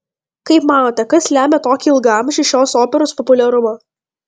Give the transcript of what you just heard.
kaip manote kas lemia tokį ilgaamžį šios operos populiarumą